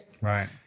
Right